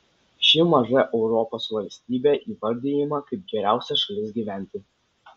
ši maža europos valstybė įvardijama kaip geriausia šalis gyventi